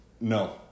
No